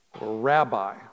rabbi